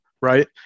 Right